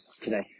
today